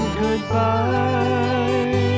goodbye